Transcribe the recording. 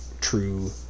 true